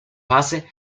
fase